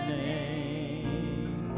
name